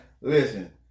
Listen